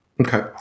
Okay